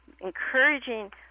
encouraging